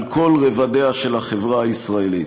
על כל רבדיה של החברה הישראלית.